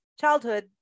childhood